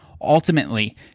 Ultimately